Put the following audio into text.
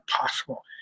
possible